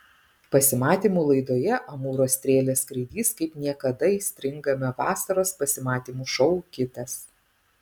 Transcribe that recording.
pasimatymų laidoje amūro strėlės skraidys kaip niekada aistringame vasaros pasimatymų šou kitas